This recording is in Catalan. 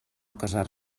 casar